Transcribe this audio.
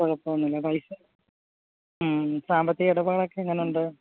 കുഴപ്പമൊന്നും ഇല്ല പൈസയും സാമ്പത്തിക ഇടപാടുമൊക്കെ എങ്ങനെയുണ്ട്